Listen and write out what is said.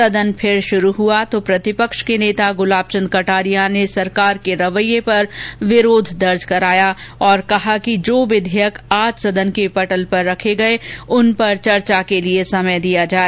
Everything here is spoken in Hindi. सदन फिर से शुरु हुआ तो प्रतिपक्ष के नेता गुलाब चन्द कटारिया ने सरकार के रवैये पर विरोध दर्ज कराया और कहा कि जो विधेयक आज सदन के पटल पर रखे गये उन पर चर्चा के लिए समय दिया जाए